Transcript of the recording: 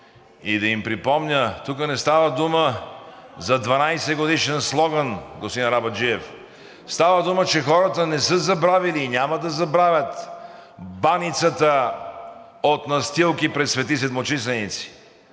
и да им припомня, тук не става дума за 12-годишен слоган, господин Арабаджиев. Става дума, че хората не са забравили и няма да забравят баницата от настилки пред „Свети Седмочисленици“,